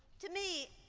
to me,